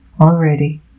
already